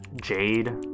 Jade